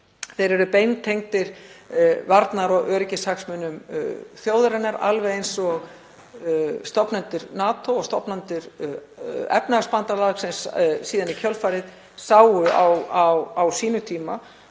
þeir eru beintengdir varnar- og öryggishagsmunum þjóðarinnar, alveg eins og stofnendur NATO og stofnendur Efnahagsbandalagsins síðan í kjölfarið sáu á sínum tíma.